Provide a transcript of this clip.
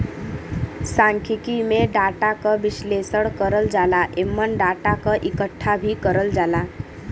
सांख्यिकी में डाटा क विश्लेषण करल जाला एमन डाटा क इकठ्ठा भी करल जाला